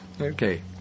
Okay